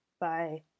bye